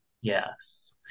yes